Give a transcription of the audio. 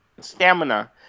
stamina